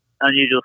unusual